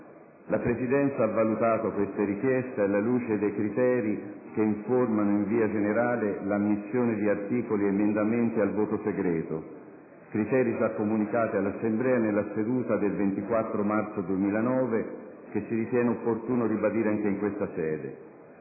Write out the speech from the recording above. La Presidenza ha valutato queste richieste alla luce dei criteri che informano in via generale l'ammissione di articoli ed emendamenti al voto segreto, criteri già comunicati all'Assemblea nella seduta del 24 marzo 2009, che si ritiene opportuno ribadire anche in questa sede.